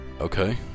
Okay